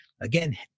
Again